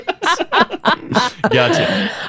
Gotcha